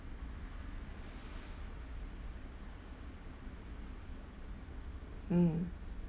mm